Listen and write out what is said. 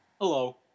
Hello